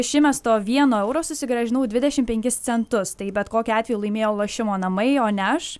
iš įmesto vieno euro susigrąžinau dvidešimt penkis centus tai bet kokiu atveju laimėjo lošimo namai o ne aš